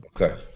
Okay